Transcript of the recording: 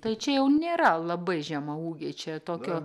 tai čia jau nėra labai žemaūgiai čia tokio